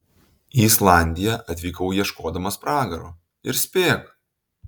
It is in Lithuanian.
į islandiją atvykau ieškodamas pragaro ir spėk